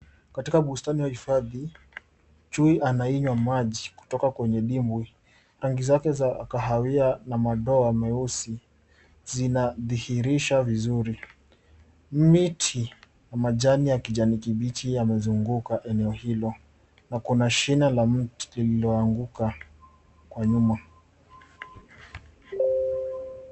Katika bustani au hifadhi, chui anainyua maji kutoka kwenye dimbwi. Rangi zake za kahawia na madoa meusi zinadhihirisha vizuri. Miti na majani ya kijani kibichi yamezunguka eneo hilo, na kuna shina la mti lililoanguka kwa nyuma.